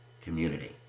community